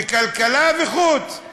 כלכלה וחוץ.